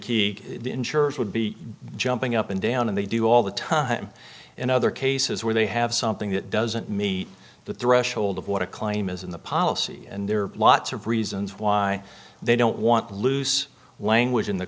mckeague the insurers would be jumping up and down and they do all the time in other cases where they have something that doesn't meet the threshold of what a claim is in the policy and there are lots of reasons why they don't want loose language in the